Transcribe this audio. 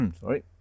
Sorry